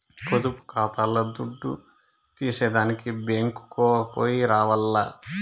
పొదుపు కాతాల్ల దుడ్డు తీసేదానికి బ్యేంకుకో పొయ్యి రావాల్ల